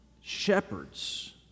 shepherds